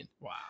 Wow